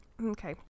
Okay